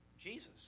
Jesus